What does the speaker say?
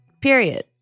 Period